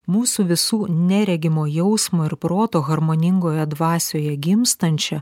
mūsų visų neregimo jausmo ir proto harmoningoje dvasioje gimstančią